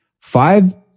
Five